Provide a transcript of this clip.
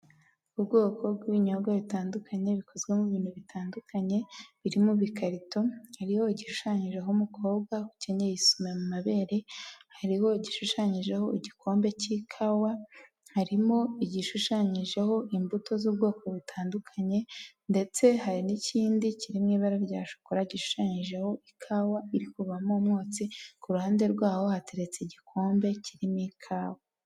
Ubwoko bw'ibinyobwa bitandukanye bikozwe mu bintu bitandukanye, biri mu ibikarito hariho igishushanyijeho umukobwa ukenyeye isume mu mabere, hariho igishushanyijeho igikombe cy'ikawa, harimo igishushanyijeho imbuto z'ubwoko butandukanye ndetse hari n'ikindi kiri mu ibara rya shokora gishushanyijeho ikawa irikuvamo umwotsi, ku ruhande rwaho hateretse igikombe kirimo ikawa.